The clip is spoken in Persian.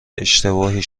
اشتباهی